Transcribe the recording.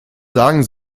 sagen